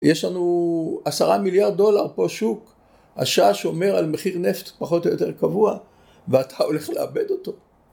יש לנו עשרה מיליארד דולר פה שוק, השאה שומר על מחיר נפט פחות או יותר קבוע ואתה הולך לאבד אותו.